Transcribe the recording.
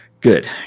Good